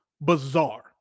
bizarre